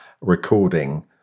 recording